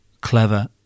clever